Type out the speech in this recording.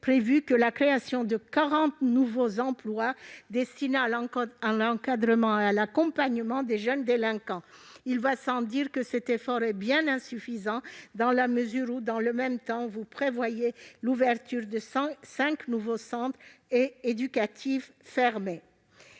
prévu de créer que 40 nouveaux emplois pour l'encadrement et l'accompagnement des jeunes délinquants. Il va sans dire que cet effort est bien insuffisant dans la mesure où, dans le même temps, vous prévoyez l'ouverture de 105 nouveaux centres éducatifs fermés.